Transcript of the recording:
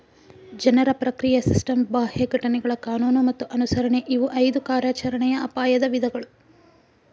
ಜನರ ಪ್ರಕ್ರಿಯೆಯ ಸಿಸ್ಟಮ್ ಬಾಹ್ಯ ಘಟನೆಗಳ ಕಾನೂನು ಮತ್ತ ಅನುಸರಣೆ ಇವು ಐದು ಕಾರ್ಯಾಚರಣೆಯ ಅಪಾಯದ ವಿಧಗಳು